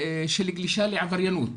של גלישה לעבריינות.